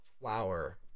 flower